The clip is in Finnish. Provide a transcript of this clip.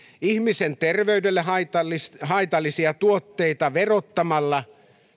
ihmisen terveydelle haitallisia haitallisia tuotteita verottamalla